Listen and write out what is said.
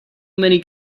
many